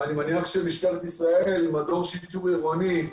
ואני מניח שמשטרת ישראל, מדור שיטור עירוני,